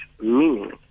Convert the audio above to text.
meaning